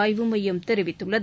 ஆய்வு மையம் தெரிவித்துள்ளது